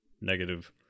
negative